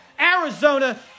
Arizona